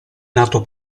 nato